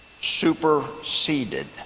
superseded